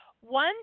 One